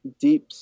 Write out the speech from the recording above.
deep